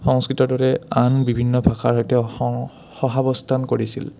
সংস্কৃতৰ দৰে আন বিভিন্ন ভাষাৰ সৈতে সহাৱস্থান কৰিছিল